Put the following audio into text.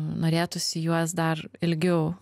norėtųsi juos dar ilgiau